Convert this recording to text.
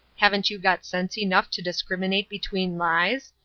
haven't you got sense enough to discriminate between lies!